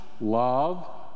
Love